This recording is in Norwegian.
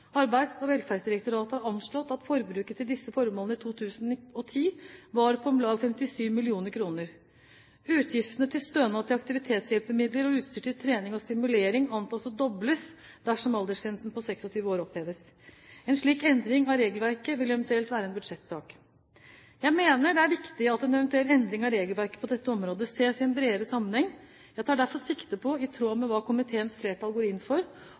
Arbeids- og velferdsdirektoratet har anslått at forbruket til disse formålene i 2010 var på om lag 57 mill. kr. Utgiftene til stønad til aktivitetshjelpemidler og utstyr til trening og stimulering antas å dobles dersom aldersgrensen på 26 år oppheves. En slik endring av regelverket vil eventuelt være en budsjettsak. Jeg mener det er viktig at en eventuell endring av regelverket på dette området ses i en bredere sammenheng. Jeg tar derfor sikte på, i tråd med hva komiteens flertall går inn for,